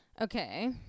Okay